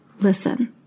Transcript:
listen